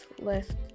list